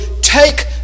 take